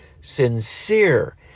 sincere